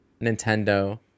Nintendo